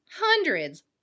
hundreds